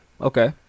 Okay